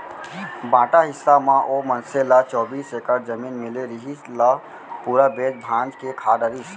बांटा हिस्सा म ओ मनसे ल चौबीस एकड़ जमीन मिले रिहिस, ल पूरा बेंच भांज के खा डरिस